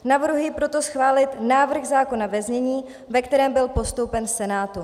Navrhuji proto schválit návrh zákona ve znění, ve kterém byl postoupen Senátu.